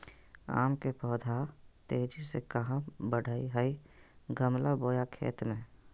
आम के पौधा तेजी से कहा बढ़य हैय गमला बोया खेत मे?